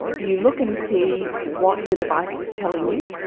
you look and see what the device is telling you,